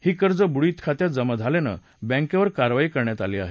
ही कर्ज बुडीत खात्यात जमा झाल्यानं बँकेवर कारवाई करण्यात आली आहे